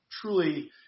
truly